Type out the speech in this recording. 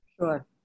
Sure